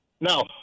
No